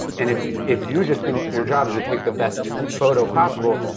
and if you if you just think your job is to take the best but photo possible,